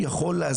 היא הגנה על